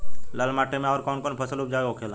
लाल माटी मे आउर कौन कौन फसल उपजाऊ होखे ला?